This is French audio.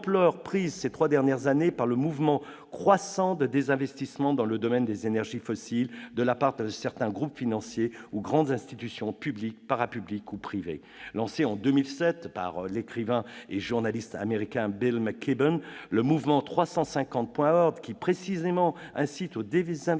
croissante prise, ces trois dernières années, par le mouvement de désinvestissement dans le domaine des énergies fossiles dans lequel se sont engagés certains groupes financiers et de grandes institutions publiques, parapubliques ou privées. Lancé en 2007 par l'écrivain et journaliste américain Bill McKibben, le mouvement 350.org, qui incite précisément au désinvestissement